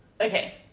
Okay